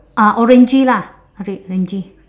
ah orangey lah red orangey